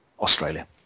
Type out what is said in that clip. Australia